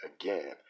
again